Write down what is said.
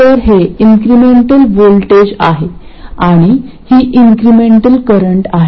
तर हे incremental voltage आहे आणि ही इंक्रेमेंटल करंट आहे